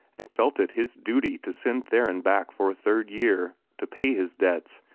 and felt it his duty to send theron back for a third year, to pay his debts,